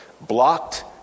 blocked